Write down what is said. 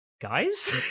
guys